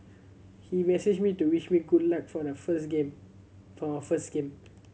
he messaged me to wish me good luck for the first game for first game